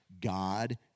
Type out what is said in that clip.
God